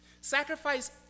Sacrifice